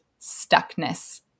stuckness